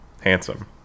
handsome